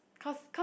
cause cause